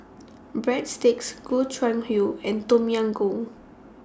Breadsticks Gobchang Gui and Tom Yam Goong